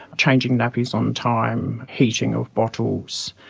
changing nappies on time, heating of bottles,